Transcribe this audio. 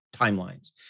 timelines